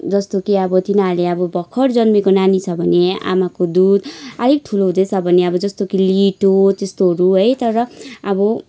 जस्तो कि अब तिनीहरूले अब भर्खर जन्मिएको नानी छ भने आमाको दुध अलिक ठुलो हुँदैछ भने अब जस्तो कि लिटो त्यस्तोहरू है तर अब